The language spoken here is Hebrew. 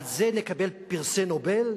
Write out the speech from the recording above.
על זה נקבל פרסי נובל?